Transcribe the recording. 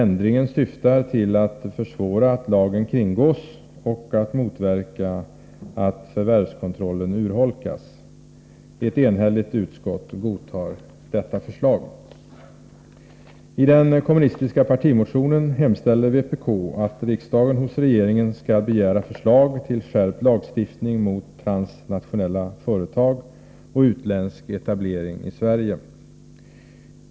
Ändringen syftar till att försvåra att lagen kringgås och motverka att förvärvskontrollen urholkas. Ett enhälligt utskott godtar detta förslag. I den kommunistiska partimotionen hemställer vpk att riksdagen hos regeringen skall begära förslag till skärpt lagstiftning mot transnationella företag och utländsk företagsetablering i Sverige.